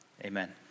amen